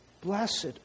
Blessed